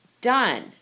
done